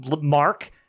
mark